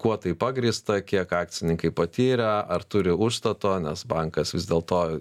kuo tai pagrįsta kiek akcininkai patyrę ar turi užstato nes bankas vis dėlto